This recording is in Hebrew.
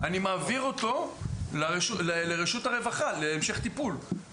אני מעביר אותו לרשות הרווחה להמשך טיפול.